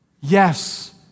Yes